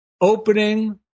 opening